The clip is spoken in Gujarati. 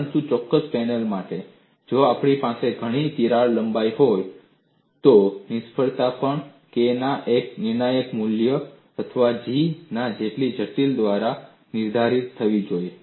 પરંતુ તે ચોક્કસ પેનલ માટે જો આપણી પાસે ઘણી તિરાડ લંબાઈ હોય તો નિષ્ફળતા પણ K ના એક નિર્ણાયક મૂલ્ય અથવા G ના એક જટિલ મૂલ્ય દ્વારા નિર્ધારિત થવી જોઈએ